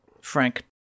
Frank